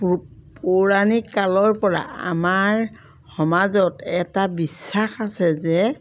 পৌৰাণিক কালৰপৰা আমাৰ সমাজত এটা বিশ্বাস আছে যে